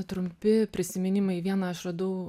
trumpi prisiminimai vieną aš radau